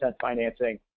financing